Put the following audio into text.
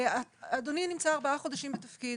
אדוני נמצא ארבעה חודשים בתפקיד